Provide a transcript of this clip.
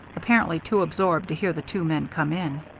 apparently too absorbed to hear the two men come in.